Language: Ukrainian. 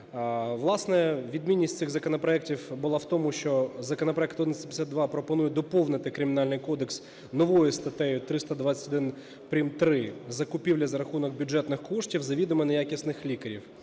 Власне, відмінність цих законопроектів була в тому, що законопроект 1152 пропонує доповнити Кримінальний кодекс новою статтею 321 прим.3 "Закупівлі за рахунок бюджетних коштів завідомо неякісних ліків…